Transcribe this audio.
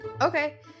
Okay